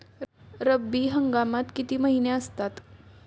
रब्बी हंगामात किती महिने असतात?